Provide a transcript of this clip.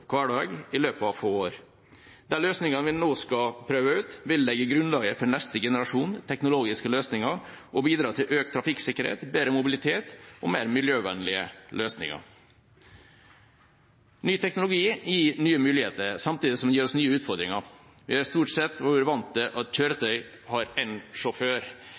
i løpet av få år. De løsningene vi nå skal prøve ut, vil legge grunnlaget for neste generasjon teknologiske løsninger og bidra til økt trafikksikkerhet, bedre mobilitet og mer miljøvennlige løsninger. Ny teknologi gir nye muligheter, samtidig som det gir oss nye utfordringer. Vi har stort sett vært vant til at kjøretøy har én sjåfør.